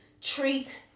treat